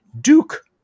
Duke